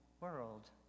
world